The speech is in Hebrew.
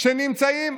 שנמצאים